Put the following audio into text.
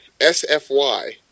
SFY